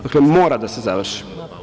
Dakle, mora da se završi.